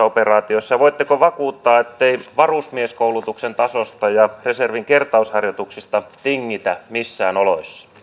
voitteko vakuuttaa ettei varusmieskoulutuksen tasosta ja reservin kertausharjoituksista tingitä missään oloissa